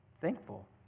thankful